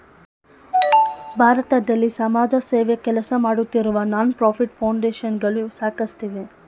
ಭಾರತದಲ್ಲಿ ಸಮಾಜಸೇವೆ ಕೆಲಸಮಾಡುತ್ತಿರುವ ನಾನ್ ಪ್ರಫಿಟ್ ಫೌಂಡೇಶನ್ ಗಳು ಸಾಕಷ್ಟಿವೆ